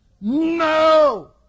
No